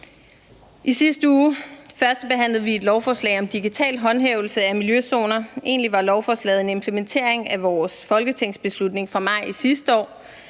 I sidste uge førstebehandlede vi et lovforslag om digital håndhævelse af miljøzoner. Egentlig var lovforslaget en implementering af vores folketingsbeslutning fra maj sidste år,